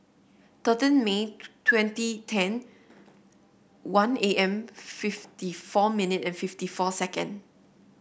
thirteen May twenty ten one A M fifty four minute and fifty four second